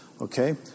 Okay